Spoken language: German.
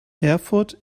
erfurt